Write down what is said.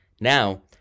Now